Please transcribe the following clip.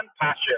passion